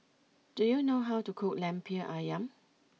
do you know how to cook Lemper Ayam